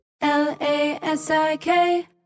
L-A-S-I-K